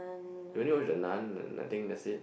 we only watched the Nun and I think that's it